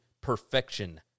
perfection